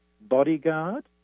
bodyguard